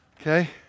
Okay